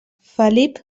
felip